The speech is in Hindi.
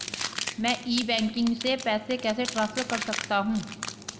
मैं ई बैंकिंग से पैसे कैसे ट्रांसफर कर सकता हूं?